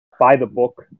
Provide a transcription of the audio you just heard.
by-the-book